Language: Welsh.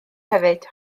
hefyd